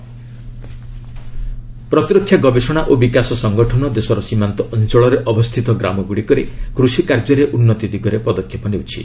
DRDO ପ୍ତିରକ୍ଷା ଗବେଷଣା ଓ ବିକାଶ ସଂଗଠନ ଦେଶର ସୀମାନ୍ତ ଅଞ୍ଚଳରେ ଅବସ୍ଥିତ ଗ୍ରାମ ଗୁଡ଼ିକରେ କୃଷିକାର୍ଯ୍ୟରେ ଉନ୍ନତି ଦିଗରେ ପଦକ୍ଷେପ ନେଉଛି